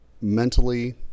mentally